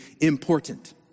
important